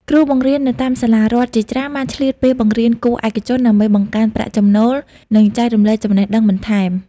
គ្រូបង្រៀននៅតាមសាលារដ្ឋជាច្រើនបានឆ្លៀតពេលបង្រៀនគួរឯកជនដើម្បីបង្កើនប្រាក់ចំណូល និងចែករំលែកចំណេះដឹងបន្ថែម។